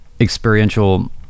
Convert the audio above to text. experiential